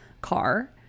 car